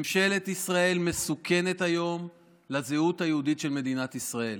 ממשלת ישראל מסוכנת היום לזהות היהודית של מדינת ישראל.